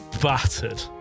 battered